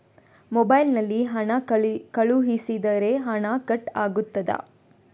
Mobile ನಲ್ಲಿ ಹಣ ಕಳುಹಿಸಿದರೆ ಹಣ ಕಟ್ ಆಗುತ್ತದಾ?